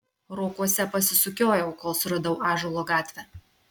rokuose pasisukiojau kol suradau ąžuolo gatvę